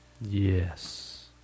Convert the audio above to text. Yes